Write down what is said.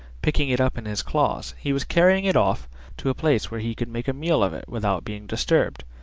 picking it up in his claws, he was carrying it off to a place where he could make a meal of it without being disturbed,